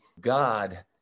God